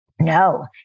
No